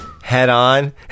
head-on